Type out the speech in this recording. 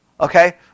Okay